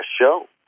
show